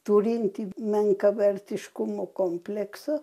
turinti menkavertiškumo kompleksą